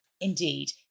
Indeed